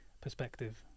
perspective